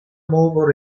movo